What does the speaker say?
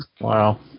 Wow